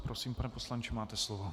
Prosím, pane poslanče, máte slovo.